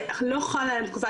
חשבו בטעות,